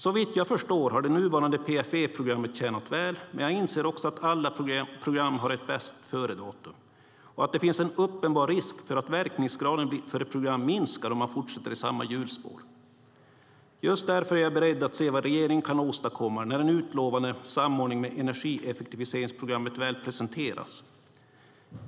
Såvitt jag förstår har det nuvarande programmet, PFE, tjänat väl, men jag inser också att alla program har ett bästföredatum och att det finns en uppenbar risk för att verkningsgraden för ett program minskar om man fortsätter i samma hjulspår. Just därför är jag beredd att se vad regeringen kan åstadkomma när den utlovade samordningen med energieffektiviseringsprogrammet väl presenteras.